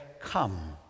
come